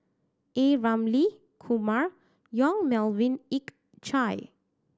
A Ramli Kumar Yong Melvin Yik Chye